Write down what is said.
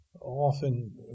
often